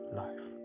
life